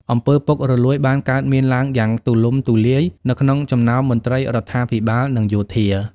អំពើពុករលួយបានកើតមានឡើងយ៉ាងទូលំទូលាយនៅក្នុងចំណោមមន្ត្រីរដ្ឋាភិបាលនិងយោធា។